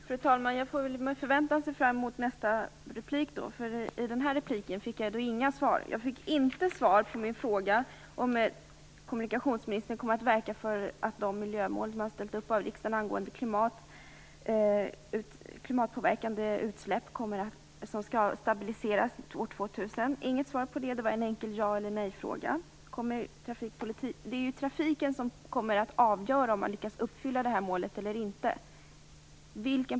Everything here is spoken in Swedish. Fru talman! Jag ser med förväntan fram emot ministerns nästa replik, eftersom jag inte fick några svar i den föregående repliken. Jag fick inte svar på min fråga om kommunikationsministern kommer att verka för att de miljömål riksdagen har ställt upp angående de klimatpåverkande utsläppen, som skall stabiliseras före år 2000, uppnås. Det var en enkel ja-eller-nej-fråga, men inget svar kom. Det är ju trafiken som kommer att avgöra om man lyckas uppnå målet eller inte.